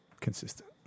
consistent